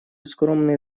скромные